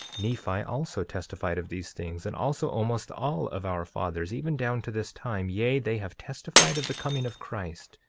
nephi also testified of these things, and also almost all of our fathers, even down to this time yea, they have testified of the coming of christ,